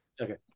okay